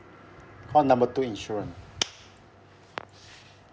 call number two insurance